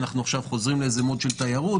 אנחנו עכשיו חוזרים לאיזה מוד של תיירות